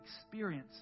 experience